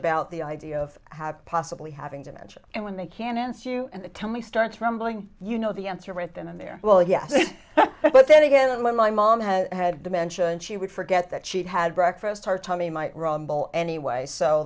about the idea of have possibly having dementia and when they can't answer you and tell me start rambling you know the answer right then and there well yes but then again when my mom has had dementia and she would forget that she'd had breakfast her tummy might rumble anyway so